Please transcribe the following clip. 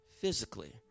physically